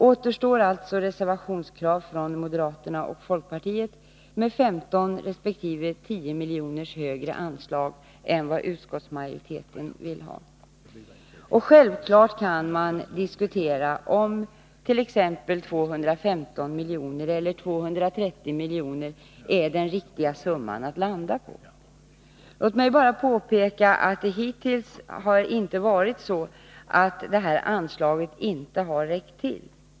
Återstår alltså reservationskrav från moderaterna och folkpartiet på 15 resp. 10 miljoner större anslag än utskottsmajoritetens. Självfallet kan man diskutera om 215 eller 230 miljoner är den riktiga summan. Låt mig bara påpeka att det hittills aldrig varit så att detta anslag inte har räckt till.